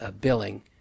billing